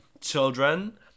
Children